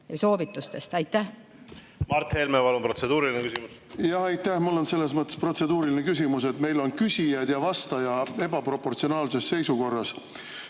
küsimus! Mart Helme, palun, protseduuriline küsimus! Aitäh! Mul on selles mõttes protseduuriline küsimus, et meil on küsijad ja vastaja ebaproportsionaalses seisukorras.